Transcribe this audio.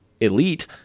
elite—